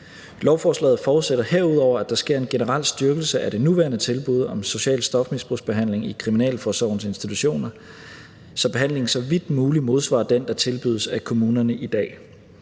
Lovforslaget forudsætter herudover, at der sker en generel styrkelse af det nuværende tilbud om social stofmisbrugsbehandling i kriminalforsorgens institutioner, så behandlingen så vidt muligt modsvarer den, der tilbydes af kommunerne i dag.